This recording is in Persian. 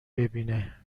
ببینه